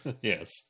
Yes